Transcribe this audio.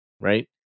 Right